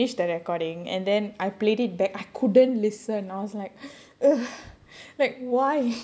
no like do you remember yesterday we finished the recording and then I played it back I couldn't listen I was like ugh like why